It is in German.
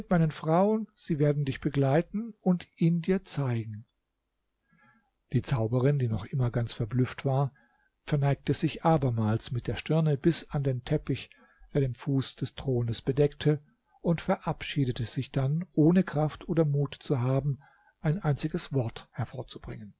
meinen frauen sie werden dich begleiten und ihn dir zeigen die zauberin die noch immer ganz verblüfft war verneigte sich abermals mit der stirne bis an den teppich der den fuß des thrones bedeckte und verabschiedete sich dann ohne kraft oder mut zu haben ein einziges wort vorzubringen